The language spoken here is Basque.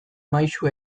maisu